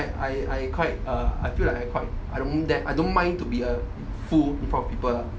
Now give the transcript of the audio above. I I quite uh I feel like I quite like I don't dar~ I don't mind to be a fool in front of people lah